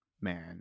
man